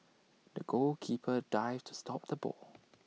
the goalkeeper dived to stop the ball